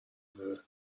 داره